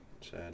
Sad